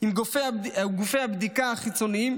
עם גופי הבדיקה החיצוניים